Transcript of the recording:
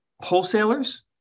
wholesalers